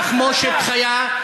עם תחמושת חיה,